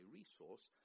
resource